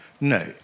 No